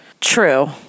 True